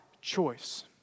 choice